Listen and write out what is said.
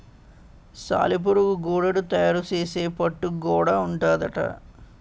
సాలెపురుగు గూడడు తయారు సేసే పట్టు గూడా ఉంటాదట